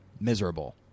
miserable